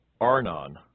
Arnon